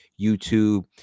YouTube